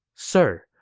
sir,